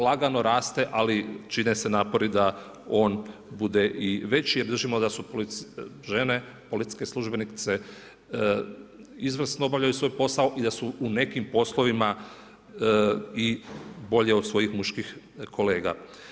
Lagano raste, ali čine se napori da on bude i veći, jer držimo da su žene, policijske službenice izvrsno obavljaju svoj posao i da su u nekim poslovima i bolje od svojih muških kolega.